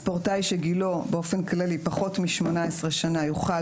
ספורטאי שגילו פחות מ-18 שנה יוכל,